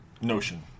notion